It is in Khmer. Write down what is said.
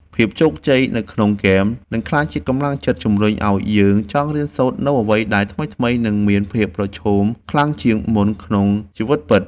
ភាពជោគជ័យនៅក្នុងហ្គេមនឹងក្លាយជាកម្លាំងចិត្តជម្រុញឱ្យយើងចង់រៀនសូត្រនូវអ្វីដែលថ្មីៗនិងមានភាពប្រឈមខ្លាំងជាងមុនក្នុងជីវិតពិត។